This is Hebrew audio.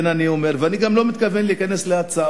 לכן אני אומר, ואני גם לא מתכוון להיכנס להצעות,